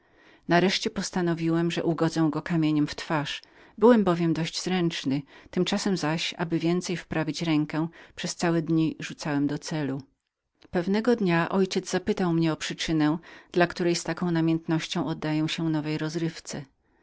nareszcie postanowiłem ugodzić go kamieniem w twarz byłem bowiem dość zręcznym tymczasem zaś aby więcej wprawić rękę przez całe dnie rzucałem do celu pewnego dnia ojciec zapytał mnie o przyczyne dla której z taką namiętnością oddawałem się tej nowej rozrywce